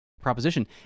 proposition